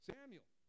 Samuel